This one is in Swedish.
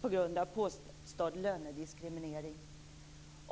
på grund av påstådd lönediskriminering.